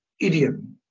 idiom